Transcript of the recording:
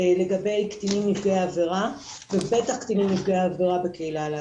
לגבי קטינים נפגעי עבירה ובטח קטינים נפגעי עבירה בקהילה הלהט"בית.